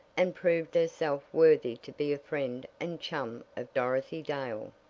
and proved herself worthy to be a friend and chum of dorothy dale.